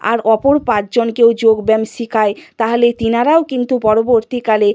আর অপর পাঁচজনকেও যোগব্যায়াম শেখাই তাহলে তিনারাও কিন্তু পরবর্তীকালে